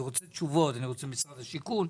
אני רוצה תשובות על הדברים האלה.